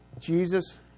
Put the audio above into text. Jesus